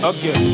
Okay